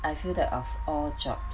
I feel that of all job